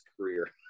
career